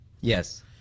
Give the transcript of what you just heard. yes